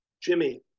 Jimmy